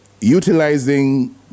utilizing